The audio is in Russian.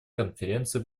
конференции